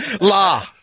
La